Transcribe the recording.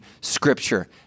scripture